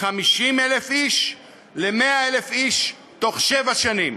מ-50,000 איש ל-100,000 איש בתוך שבע שנים.